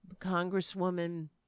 Congresswoman